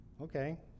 okay